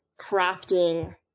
crafting